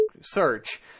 search